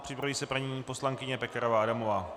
Připraví se paní poslankyně Pekarová Adamová.